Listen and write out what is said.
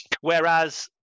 Whereas